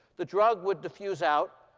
the drug would diffuse out.